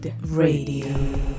Radio